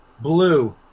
blue